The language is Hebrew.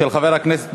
(תיקון), התשע"ג 2013, נתקבלה.